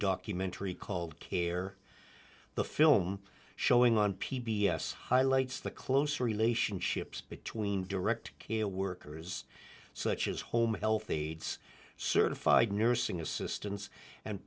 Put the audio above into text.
documentary called care the film showing on p b s highlights the close relationships between direct care workers such as home health aides certified nursing assistants and